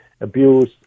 abuse